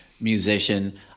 musician